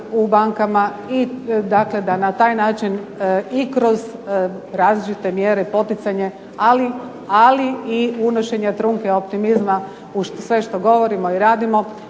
u bankama i da na taj način i kroz različite mjere poticanja ali i unošenja trunke optimizma u sve što govorimo i radimo,